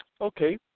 Okay